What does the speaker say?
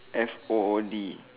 F O O D